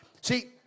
See